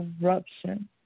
corruption